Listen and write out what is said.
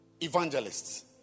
evangelists